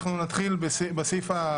אנחנו נתחיל בסעיפים,